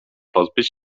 pozbyć